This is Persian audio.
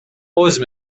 عذر